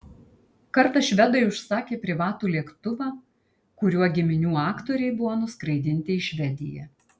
kartą švedai užsakė privatų lėktuvą kuriuo giminių aktoriai buvo nuskraidinti į švediją